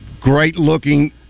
great-looking